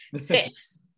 Six